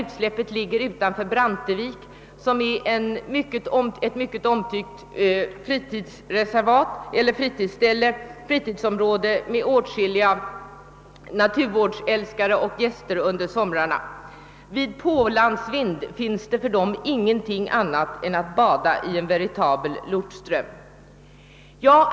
Utsläppet ligger utanför Brantevik, som är ett mycket omtyckt fritidsområde med åtskilliga naturvårdsälskare och gäster under somrarna. Vid pålandsvind finns det för dem ingenting annat att göra än att bada i en veritabel lortström.